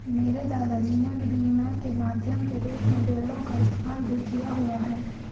मेरे दादा जी ने विनिमय के माध्यम के रूप में भेड़ों का इस्तेमाल भी किया हुआ है